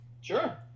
Sure